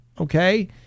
okay